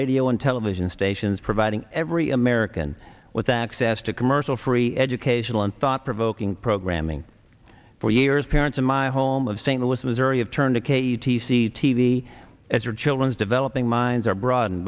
radio and television stations providing every american with access to commercial free educational and thought provoking programming for years parents in my home of st louis missouri of turn to katie see t v as your children's developing minds are brought